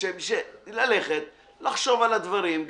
ללכת ולחשוב על הדברים.